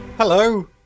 Hello